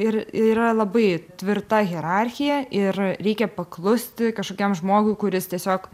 ir yra labai tvirta hierarchija ir reikia paklusti kažkokiam žmogui kuris tiesiog